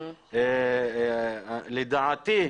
לדעתי,